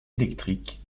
électrique